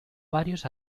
varios